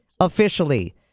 officially